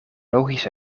logisch